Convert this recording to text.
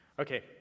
Okay